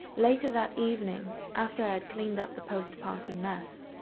later that evening, after i had cleaned up the post-party mess,